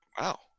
Wow